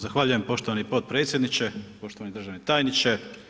Zahvaljujem poštovani potpredsjedniče, poštovani državni tajniče.